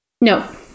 No